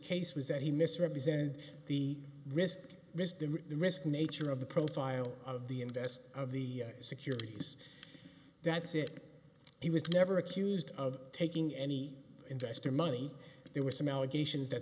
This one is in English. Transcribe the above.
case was that he misrepresented the risk the risk nature of the profile of the investor of the securities that's it he was never accused of taking any interest or money but there were some allegations that